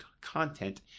content